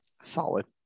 Solid